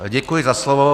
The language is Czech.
Děkuji za slovo.